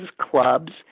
clubs